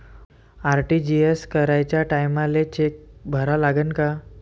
RTGS कराच्या टायमाले cheque भरा लागन का?